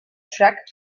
track